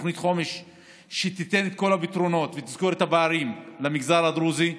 תוכנית חומש שתיתן את כל הפתרונות ותסגור את הפערים למגזר הדרוזי.